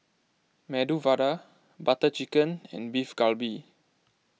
Medu Vada Butter Chicken and Beef Galbi